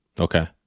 Okay